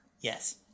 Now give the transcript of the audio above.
Yes